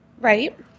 right